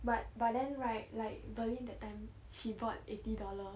but but then right like berlin that time she bought eighty dollar